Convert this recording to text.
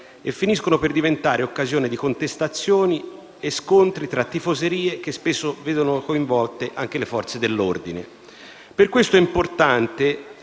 e finiscono per diventare occasione di contestazioni e scontri tra tifoserie, che spesso vedono coinvolte anche le Forze dell'ordine. Per questo è importante